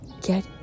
Get